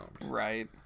right